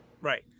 Right